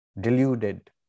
Deluded